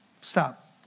Stop